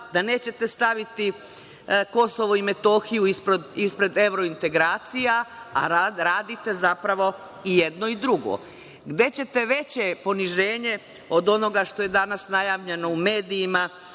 da nećete staviti KiM ispred evrointegracija, a radite zapravo i jedno i drugo. Gde ćete veće poniženje od onoga što je danas najavljeno u medijima,